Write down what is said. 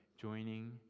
joining